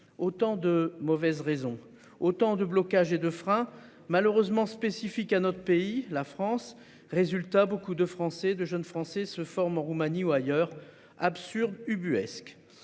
autant de mauvaises raisons, autant de blocages et de freins malheureusement spécifique à notre pays la France. Résultat, beaucoup de Français, de jeunes Français se forme en Roumanie ou ailleurs absurde ubuesque.